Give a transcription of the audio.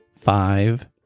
five